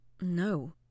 no